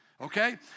Okay